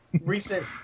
recent